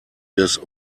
des